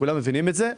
כולם מבינים את זה.